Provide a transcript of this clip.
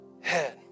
head